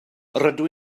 rydw